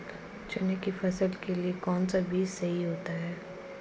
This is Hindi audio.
चने की फसल के लिए कौनसा बीज सही होता है?